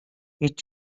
هیچ